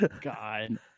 God